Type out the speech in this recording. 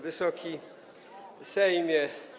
Wysoki Sejmie!